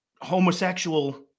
homosexual